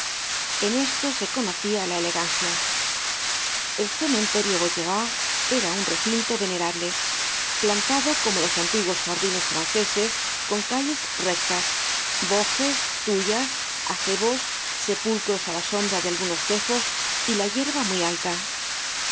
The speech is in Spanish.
en esto se conocia la elegancia el cementerio vaugirard era un recinto venerable plantado como los antiguos jardines franceses con calles rectas bojes tuyas acebos sepulcros á la sombra de algunos tejos y la yerba muy alta